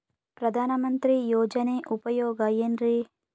ಪ್ರಧಾನಮಂತ್ರಿ ಯೋಜನೆ ಉಪಯೋಗ ಏನ್ರೀ?